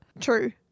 True